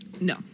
No